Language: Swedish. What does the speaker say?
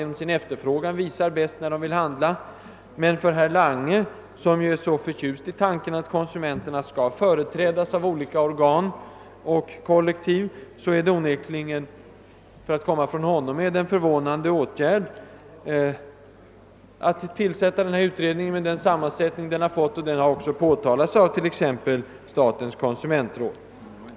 Men för att komma från herr Lange, som är så förtjust i tanken att konsumenterna skall företrädas av olika organ och kollektiv, är det en förvånande åtgärd när han tillsätter en utredning med den sammansättningen. Utredningens ensidiga sammansättning har också påtalats av t.ex. statens konsumentråd.